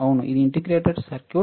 అవును ఇది integrated circuit